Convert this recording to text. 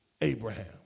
Abraham